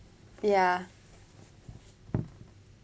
ya